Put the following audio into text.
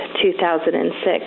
2006